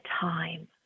time